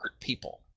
people